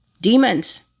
Demons